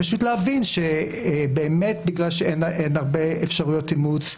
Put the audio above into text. צריך פשוט להבין שבאמת בגלל שאין הרבה אפשרויות אימוץ,